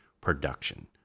production